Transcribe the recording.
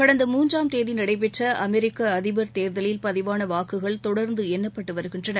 கடந்த மூன்றாம் தேதி நடைபெற்ற அமெரிக்க அதிபர் தேர்தலில் பதிவான வாக்குகள் தொடர்ந்து எண்ணப்பட்டு வருகின்றன